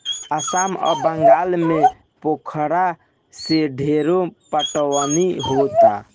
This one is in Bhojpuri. आसाम आ बंगाल में पोखरा से ढेरे पटवनी होता